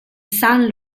saint